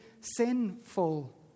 sinful